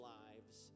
lives